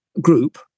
group